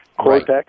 cortex